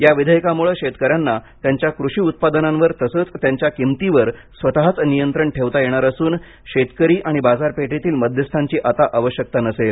या विधेयाकांमुळे शेतकऱ्यांना त्यांच्या कृषी उत्पादनांवर तसंच त्याच्या किमतीवर स्वतःच नियंत्रण ठेवता येणार असून शेतकरी आणि बाजारपेठेतील मध्यस्थांची आता आवश्यकता नसेल